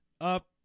up